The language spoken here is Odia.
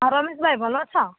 ହଁ ରମେଶ ଭାଇ ଭଲ ଅଛ